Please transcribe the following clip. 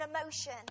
emotion